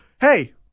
Hey